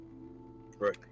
Right